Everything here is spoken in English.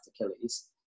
Achilles